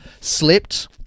slipped